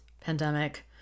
pandemic